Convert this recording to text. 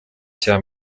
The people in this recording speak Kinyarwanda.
cya